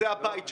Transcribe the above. זה הבית שלהם.